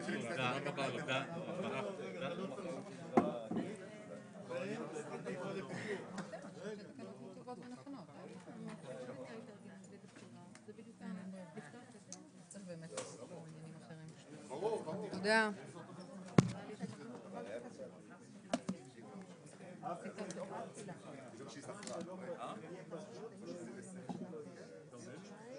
11:42.